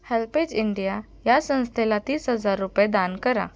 HelpAge India या संस्थेला तीस हजार रुपये दान करा